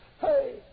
Hey